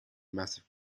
massive